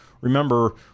remember